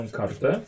kartę